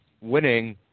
Winning